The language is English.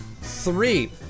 Three